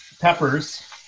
Peppers